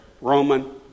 Roman